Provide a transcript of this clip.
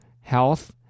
health